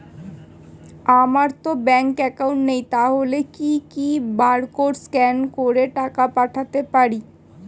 আমারতো bank account নেই তাহলে কি কি বারকোড স্ক্যান করে টাকা পাঠাতে পারি?